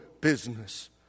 business